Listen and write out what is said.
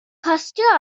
costio